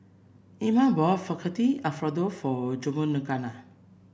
Ima bought Fettuccine Alfredo for Georganna